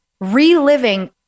reliving